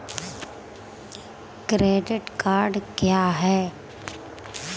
Credit card क्या है?